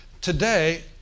today